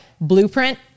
blueprint